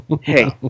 Hey